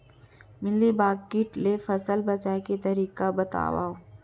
Mealybug किट ले फसल बचाए के तरीका बतावव?